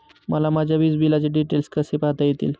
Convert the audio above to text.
मला माझ्या वीजबिलाचे डिटेल्स कसे पाहता येतील?